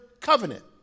covenant